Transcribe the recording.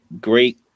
great